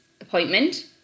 appointment